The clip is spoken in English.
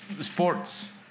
sports